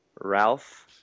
Ralph